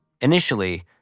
Initially